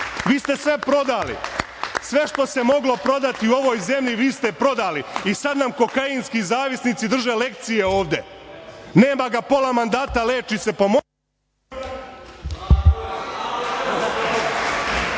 Vi ste sve prodali. Sve što se moglo prodati u ovoj zemlji vi ste prodali i sad nam kokainski zavisnici drže lekcije ovde. Nema ga pola mandata, leči se…